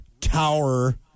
Tower